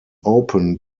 open